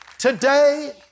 Today